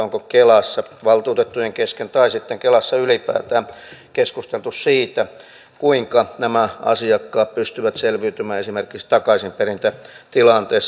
onko kelassa valtuutettujen kesken tai sitten kelassa ylipäätään keskusteltu siitä kuinka nämä asiakkaat pystyvät selviytymään esimerkiksi takaisinperintätilanteessa